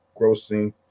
grossing